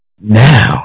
now